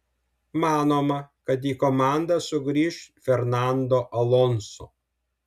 manoma kad į komandą sugrįš fernando alonso